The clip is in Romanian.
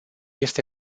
este